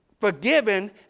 forgiven